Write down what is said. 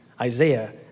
Isaiah